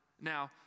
Now